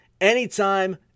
anytime